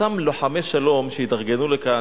אותם לוחמי שלום שהתארגנו לבוא לכאן